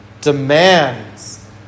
demands